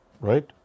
right